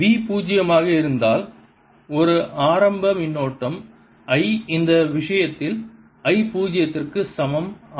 V பூஜ்ஜியமாக இருந்தால் ஒரு ஆரம்ப மின்னோட்டம் I அந்த விஷயத்தில் I பூஜ்ஜியத்திற்கு சமம் ஆகும்